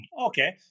okay